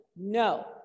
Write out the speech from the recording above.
No